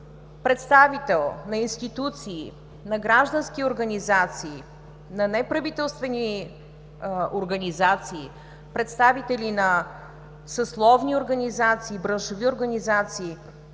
представител на институции, на граждански организации, на неправителствени организации, представители на съсловни организации, браншови организации,